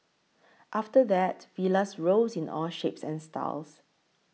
after that Villas rose in all shapes and styles